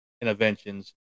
interventions